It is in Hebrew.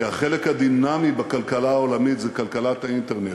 כי החלק הדינמי בכלכלה העולמית זה כלכלת האינטרנט,